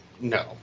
No